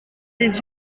des